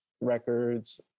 records